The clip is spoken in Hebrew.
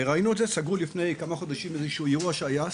וראינו את זה סגרו לפני כמה חודשים אירוע שהיה,